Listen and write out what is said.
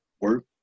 work